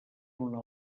una